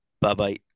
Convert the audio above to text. Bye-bye